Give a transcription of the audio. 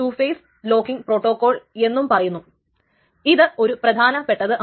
ഇവിടെ അവസാനം എല്ലാ റൈറ്റുകളും നടന്നില്ലെങ്കിൽ ഒരു റൈറ്റും നടക്കത്തില്ല എന്നുള്ളത് വളരെ പ്രധാനപ്പെട്ട ഒരു കാര്യമാണ്